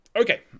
Okay